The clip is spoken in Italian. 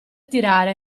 tirare